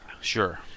Sure